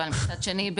אבל מצד שני,